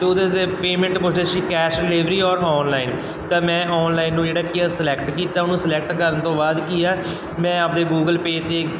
ਅਤੇ ਉਹਦੇ 'ਤੇ ਪੇਮੈਂਟ ਪੁੱਛਦੇ ਸੀ ਕੈਸ਼ ਡਲੀਵਰੀ ਔਰ ਔਨਲਾਈਨ ਤਾਂ ਮੈਂ ਔਨਲਾਈਨ ਨੂੰ ਜਿਹੜਾ ਕੀ ਆ ਸਲੈਕਟ ਕੀਤਾ ਉਹਨੂੰ ਸਲੈਕਟ ਕਰਨ ਤੋਂ ਬਾਅਦ ਕੀ ਆ ਮੈਂ ਆਪਦੇ ਗੂਗਲ ਪੇਅ 'ਤੇ